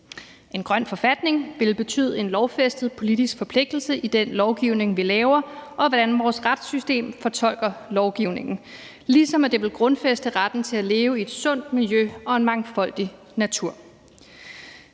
En grøn forfatning vil betyde en lovfæstet politisk forpligtelse i den lovgivning, vi laver, og i, hvordan vores retssystem fortolker lovgivningen, ligesom det vil grundfæste retten til at leve i et sundt miljø og en mangfoldig natur.